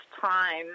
time